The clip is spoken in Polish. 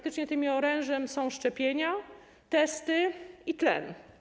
Tym orężem są szczepienia, testy i tlen.